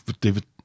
David